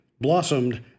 blossomed